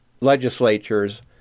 legislatures